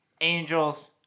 Angels